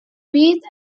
weeds